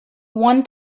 one